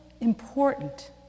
important